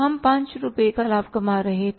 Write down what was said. हम 5 रुपये का लाभ कमा रहे थे